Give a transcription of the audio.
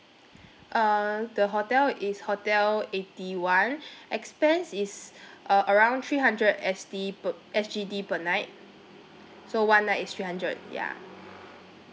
uh the hotel is hotel eighty one expense is uh around three hundred S_D per S_G_D per night so one night is three hundred yeah